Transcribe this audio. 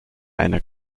einer